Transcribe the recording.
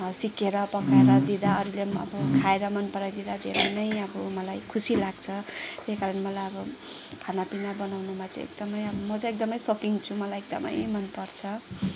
सिकेर पकाएर दिँदा अरूले पनि अब खाएर मन पराइदिँदा धेरै नै अब मलाई खुसी लाग्छ त्यही कारण मलाई अब खाना पिना बनाउनुमा चाहिँ एकदमै म चाहिँ एकदमै सोकिन् छु मलाई एकदमै मनपर्छ